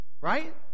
Right